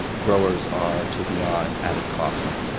growers are taking on added costs,